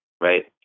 right